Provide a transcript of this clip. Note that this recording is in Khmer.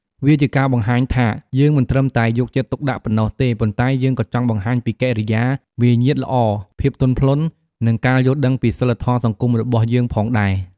វាជាការបង្ហាញថា យើងមិនត្រឹមតែយកចិត្តទុកដាក់ប៉ុណ្ណោះទេ ប៉ុន្តែយើងក៏ចង់បង្ហាញពីកិរិយាមារយាទល្អ ភាពទន់ភ្លន់ និងការយល់ដឹងពីសីលធម៌សង្គមរបស់យើងផងដែរ។